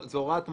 זאת הוראת מעבר.